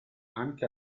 anche